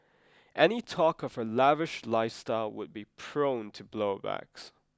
any talk of her lavish lifestyle would be prone to blow backs